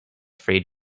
freed